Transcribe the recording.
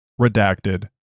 redacted